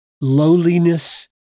lowliness